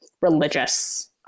religious